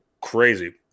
crazy